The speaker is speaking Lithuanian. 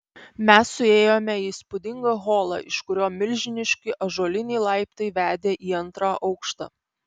mes suėjome į įspūdingą holą iš kurio milžiniški ąžuoliniai laiptai vedė į antrą aukštą